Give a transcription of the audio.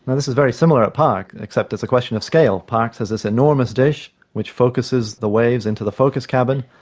but this is very similar at parkes, except it's a question of scale parkes has this enormous dish which focuses the waves into the focus cabin,